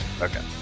Okay